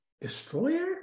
destroyer